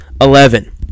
eleven